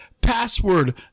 Password